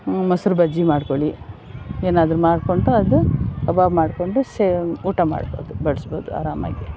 ಮೊಸರು ಬಜ್ಜಿ ಮಾಡಿಕೊಳ್ಳಿ ಏನಾದರೂ ಮಾಡಿಕೊಂಡು ಅದು ಕಬಾಬ್ ಮಾಡಿಕೊಂಡು ಸೇಮ್ ಊಟ ಮಾಡಬಹುದು ಬಡಿಸ್ಬಹುದು ಆರಾಮಾಗಿ